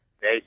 Hey